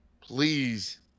please